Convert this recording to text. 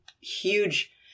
huge